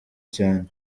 cyane